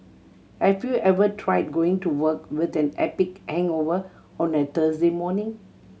have you ever tried going to work with an epic hangover on a Thursday morning